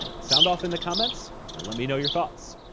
sound off in the comments and let me know your thoughts.